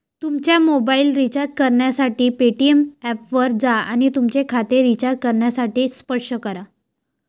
तुमचा mobile recharge करण्यासाठी Paytm ऐपवर जा आणि तुमचे खाते रिचार्ज करण्यासाठी स्पर्श करा